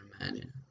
imagine